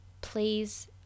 please